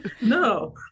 No